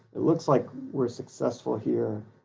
it looks like we're successful here